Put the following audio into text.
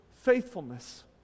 faithfulness